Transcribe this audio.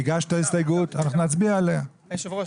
היושב ראש,